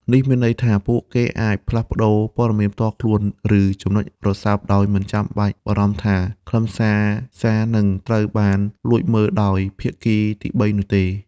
នេះមានន័យថា ពួកគេអាចផ្លាស់ប្តូរព័ត៌មានផ្ទាល់ខ្លួន ឬចំណុចរសើបដោយមិនចាំបាច់បារម្ភថាខ្លឹមសារសារនឹងត្រូវបានលួចមើលដោយភាគីទីបីនោះទេ។